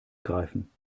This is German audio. greifen